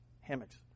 hammocks